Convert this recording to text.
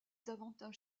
davantage